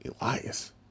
Elias